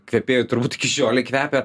kvepėjo turbūt iki šiolei kvepia